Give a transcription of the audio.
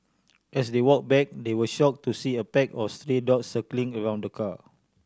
as they walk back they were shock to see a pack of stray dogs circling around the car